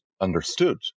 understood